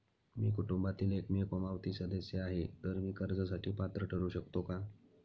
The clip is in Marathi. मी कुटुंबातील एकमेव कमावती सदस्य आहे, तर मी कर्जासाठी पात्र ठरु शकतो का?